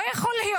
לא יכול להיות.